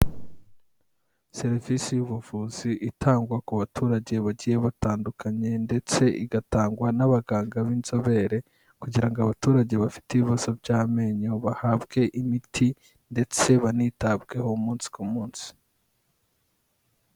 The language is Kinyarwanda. Serivisi y'ubuvuzi itangwa ku baturage bagiye batandukanye ndetse igatangwa n'abaganga b'inzobere kugira ngo abaturage bafite ibibazo by'amenyo bahabwe imiti ndetse banitabweho umunsi ku munsi.